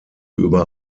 über